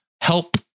help